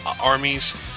armies